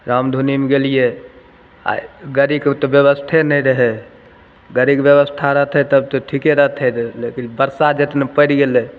रामधुनीमे गेलिए आओर गाड़ीके ओतऽ बेबस्थे नहि रहै गाड़ीके बेबस्था रहतै तब तऽ तब तऽ ठिके रहतै रहै लेकिन बरसा जे एतना पड़ि गेलै